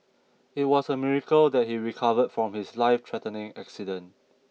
it was a miracle that he recovered from his lifethreatening accident